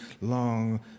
long